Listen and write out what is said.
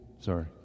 sorry